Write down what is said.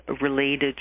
related